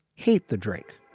hate the drink